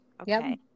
Okay